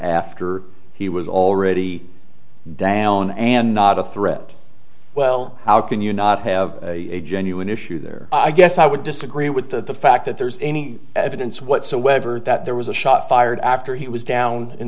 after he was already down and not a threat well how can you not have a genuine issue there i guess i would disagree with the fact that there's any evidence whatsoever that there was a shot fired after he was down in